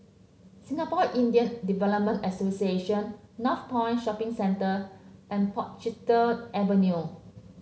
Singapore Indian Development Association Northpoint Shopping Centre and Portchester Avenue